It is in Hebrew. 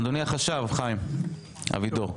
אדוני החשב, חיים אבידור.